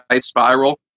spiral